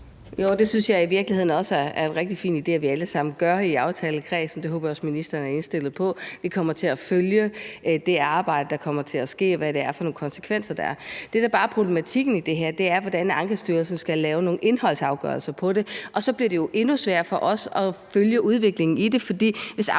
er en rigtig fin idé at vi alle sammen gør i aftalekredsen, og det håber jeg også at ministeren er indstillet på. Vi kommer til at følge det arbejde, der kommer til at være, og hvad det er for nogle konsekvenser, der er af det. Det, der bare er problematikken i det her, er, hvordan Ankestyrelsen skal lave nogle indholdsafgørelser på det. Og så bliver det jo endnu sværere for os at følge udviklingen i det, for hvis